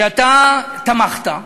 שאתה תמכת,